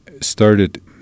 started